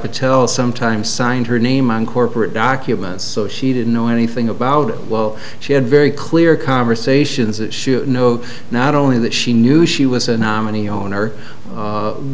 patel sometimes signed her name on corporate documents so she didn't know anything about well she had very clear conversations it should know not only that she knew she was a nominee on her